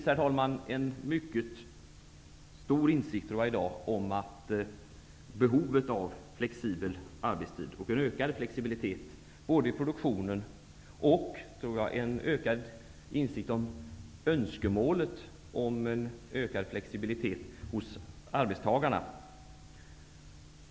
Det finns i dag en mycket stor insikt om behovet en flexibel arbetstid och en ökad flexibilitet i produktionen. Jag tror också att det finns en ökad insikt om arbetstagarnas önskemål om en ökad flexibilitet.